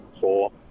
four